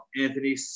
Anthony